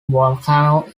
volcano